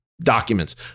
documents